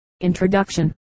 Introduction